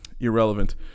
Irrelevant